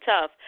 tough